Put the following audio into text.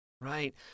right